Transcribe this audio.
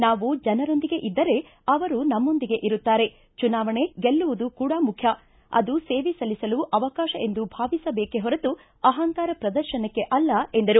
ನಾವು ಜನರೊಂದಿಗೆ ಇದ್ದರೆ ಅವರು ನಮ್ಮೊಂದಿಗೆ ಇರುತ್ತಾರೆ ಚುನಾವಣೆ ಗೆಲುವುದು ಕೂಡಾ ಮುಖ್ಯ ಅದು ಸೇವೆ ಸಲ್ಲಿಸಲು ಅವಕಾಶ ಎಂದು ಭಾವಿಸಬೇಕೆ ಹೊರತು ಅಹಂಕಾರ ಪ್ರದರ್ಶನಕ್ಕೆ ಅಲ್ಲ ಎಂದರು